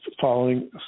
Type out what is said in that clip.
following